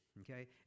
okay